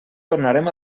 tornarem